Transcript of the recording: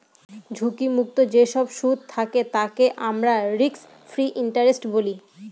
ঝুঁকি মুক্ত যেসব সুদ থাকে তাকে আমরা রিস্ক ফ্রি ইন্টারেস্ট বলি